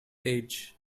age